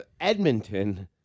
Edmonton